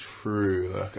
true